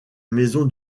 maison